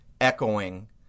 echoing